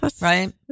right